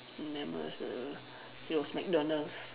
memorable it was McDonald's